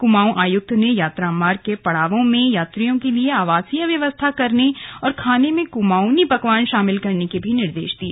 कुमाऊं आयुक्त ने यात्रा मार्ग के पड़ावों में यात्रियों के लिए आवासीय व्यवस्था करने और खाने में कुमाऊंनी पकवान शामिल करने के भी निर्देश दिये